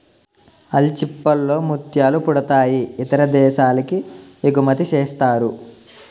ఆల్చిచిప్పల్ లో ముత్యాలు పుడతాయి ఇతర దేశాలకి ఎగుమతిసేస్తారు